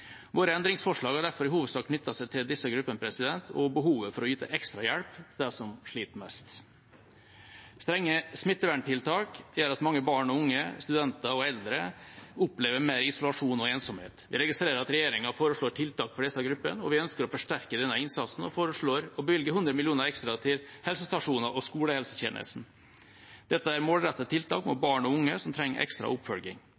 Våre endringsforslag har derfor i hovedsak knyttet seg til disse gruppene og behovet for å yte ekstra hjelp til dem som sliter mest. Strenge smitteverntiltak gjør at mange barn og unge, studenter og eldre opplever mer isolasjon og ensomhet. Jeg registrerer at regjeringa foreslår tiltak for disse gruppene. Vi ønsker å forsterke denne innsatsen og foreslår å bevilge 100 mill. kr ekstra til helsestasjoner og skolehelsetjenesten. Dette er målrettede tiltak mot barn og unge som trenger ekstra oppfølging.